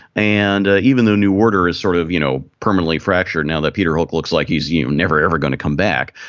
and even though new order is sort of you know permanently fracture now that peter hook looks like he's you never ever going to come back.